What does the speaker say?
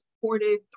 supported